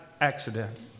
accident